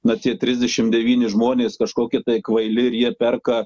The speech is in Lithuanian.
na tie trisdešim devyni žmonės kažkokie kvaili ir jie perka